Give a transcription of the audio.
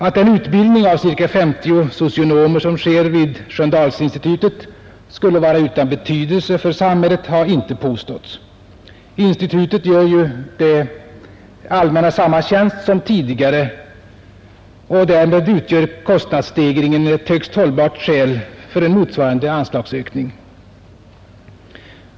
Att den utbildning av ca 50 socionomer som sker vid Sköndalsinstitutet skulle vara utan betydelse för samhället har inte påståtts. Institutet gör det allmänna samma tjänst som tidigare — och därmed innebär kostnadsstegringen ett högst hållbart skäl för en motsvarande anslagsuppräkning.